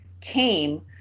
came